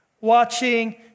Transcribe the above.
watching